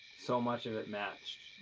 so much of it matched.